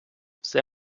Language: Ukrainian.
все